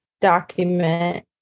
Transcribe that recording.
document